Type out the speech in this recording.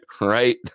right